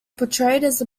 portrayed